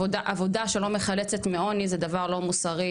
עבודה שלא מחלצת מעוני זה דבר לא מוסרי,